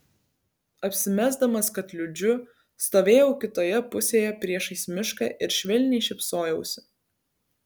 apsimesdamas kad liūdžiu stovėjau kitoje pusėje priešais mišką ir švelniai šypsojausi